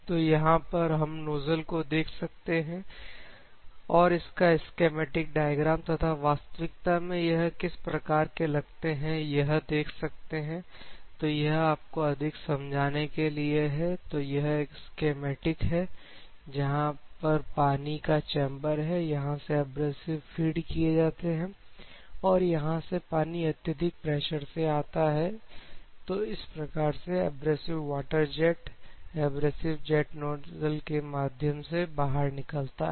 तो यहां पर हम नोजल को देख सकते हैं और इसका स्कीमेटिक डायग्राम तथा वास्तविकता में यह किस प्रकार के लगते हैं वह देख सकते हैं तो यह आपको अधिक समझाने के लिए है तो यह एक स्कीमेटिक है जहां पर यह पानी का चेंबर है और यहां से एब्रेसिव फीड किए जाते हैं और यहां से पानी अत्यधिक प्रेशर से आता है तो इस प्रकार से abrasive water jet abrasive jet nozzle के माध्यम से बाहर निकलता है